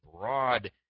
broad